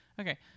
Okay